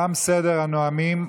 תם סדר הנואמים.